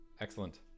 Excellent